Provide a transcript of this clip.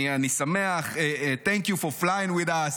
אני שמח, Thank you for flying with us.